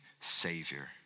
Savior